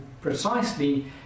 precisely